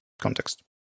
context